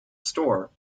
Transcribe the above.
store